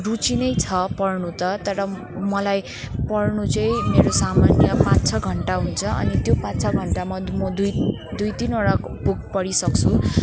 रुचि नै छ पढ्नु त तर मलाई पढ्नु चाहिँ मेरो सामान्य पाँच छ घन्टा हुन्छ अनि त्यो पाँच छ घन्टा मद् म दुई दुई तिनवटा बुक पढिसक्छु